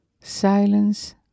Silence